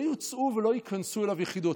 לא יוצאו ממנו ולא ייכנסו אליו יחידות,